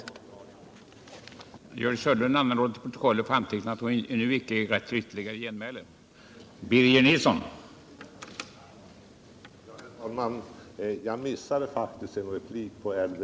Onsdagen den